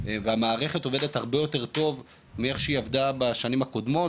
והמערכת עובדת הרבה יותר טוב ממה שהיא עבדה בשנים הקודמות,